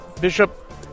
Bishop